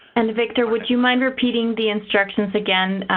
and victor, would you mind repeating the instructions again,